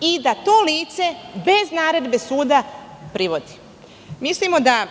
i da to lice bez naredbe suda privodi. Mislimo da